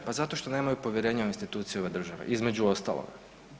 Pa zato što nemaju povjerenja u institucije ove države, između ostaloga.